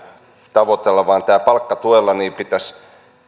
tavoitella vaan tällä palkkatuella pitäisi